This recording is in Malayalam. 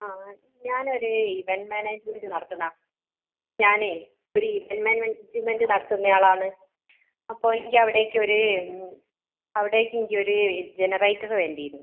ആ ഞാനൊരു ഇവൻറ് മാനേജ്മെൻറ് നടത്തുന്നതാണ് ഞാനേ ഒരു ഇവൻറ് മാനേജ്മെൻറ് നടത്തുന്നയാളാണ് അപ്പോൾ എനിക്കവിടേക്കൊരു അവിടേക്കെനിക്കൊരു ജനറേറ്റർ വേണ്ടീന്നു